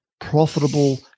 Profitable